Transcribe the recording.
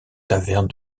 taverne